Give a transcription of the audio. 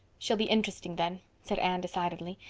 she'll be interesting then, said anne decidedly.